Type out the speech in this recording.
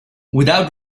without